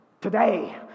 Today